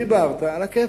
דיברת, עלא כיפאק.